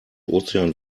ozean